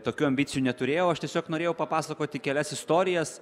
tokių ambicijų neturėjau aš tiesiog norėjau papasakoti kelias istorijas